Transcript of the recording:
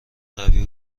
قوی